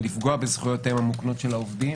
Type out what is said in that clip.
לפגוע בזכויותיהם המוקנות של העובדים